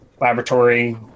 laboratory